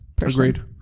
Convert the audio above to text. agreed